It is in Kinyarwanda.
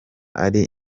ari